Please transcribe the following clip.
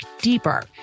deeper